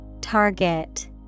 Target